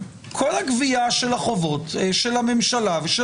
כל הגבייה של החובות של הממשלה ושל